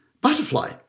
Butterfly